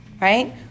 right